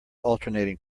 alternating